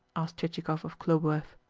asked chichikov of khlobuev.